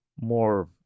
more